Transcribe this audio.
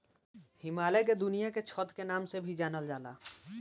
हिमालय के दुनिया के छत के नाम से भी जानल जाला